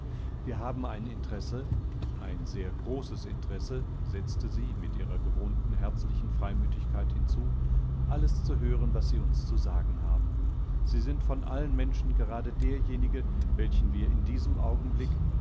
wir haben ein interesse ein sehr großes interesse setzte sie mit ihrer gewohnten herzlichen freimütigkeit hinzu alles zu hören was sie uns zu sagen haben sie sind von allen menschengeradederjenige welchenwirindiesemaugenblick siestockte dennsiefühlteihrenfußvondemihresgattenberührtunddeutetedies